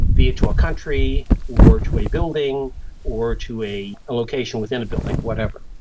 be it to a country or to a building or to a location within a building, whatever,